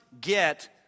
Get